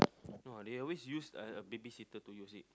no they always use babysitter to use it